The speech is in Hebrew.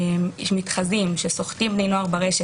יש מתחזים, שסוחטים בני נוער ברשת.